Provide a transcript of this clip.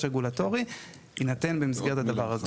הרגולטורי יינתן במסגרת הדבר הזה.